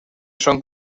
son